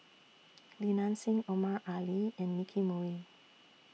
Li Nanxing Omar Ali and Nicky Moey